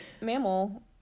mammal